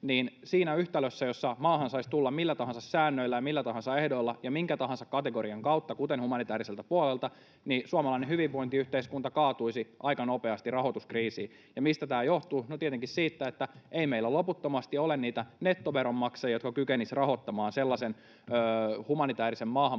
niin siinä yhtälössä, jossa maahan saisi tulla millä tahansa säännöillä ja millä tahansa ehdoilla ja minkä tahansa kategorian kautta, kuten humanitääriseltä puolelta, suomalainen hyvinvointiyhteiskunta kaatuisi aika nopeasti rahoituskriisiin. Ja mistä tämä johtuu? No, tietenkin siitä, että ei meillä loputtomasti ole niitä nettoveronmaksajia, jotka kykenisivät rahoittamaan sellaisen humanitäärisen maahanmuuton